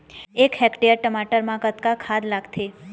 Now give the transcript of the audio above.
एक हेक्टेयर टमाटर म कतक खाद लागथे?